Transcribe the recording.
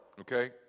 okay